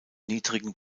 niedrigen